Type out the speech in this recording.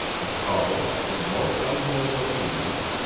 the collie, in most unwilling obedience,